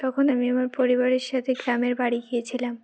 তখন আমি আমার পরিবারের সাথে গ্রামের বাড়ি গিয়েছিলাম